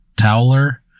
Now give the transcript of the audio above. Towler